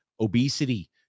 obesity